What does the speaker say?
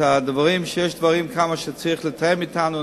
יש כמה דברים שצריך לתאם אתנו,